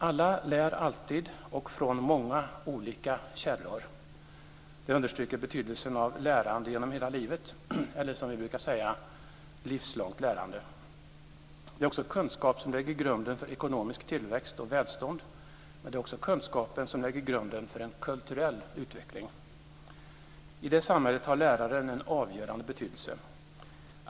Alla lär alltid och från många olika källor. Det understryker betydelsen av lärande genom hela livet eller, som vi brukar säga, livslångt lärande. Det är kunskap som lägger grunden för ekonomisk tillväxt och välstånd, men det är också kunskapen som lägger grunden för en kulturell utveckling. I detta samhälle har läraren en avgörande betydelse.